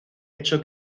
hecho